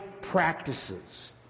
practices